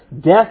death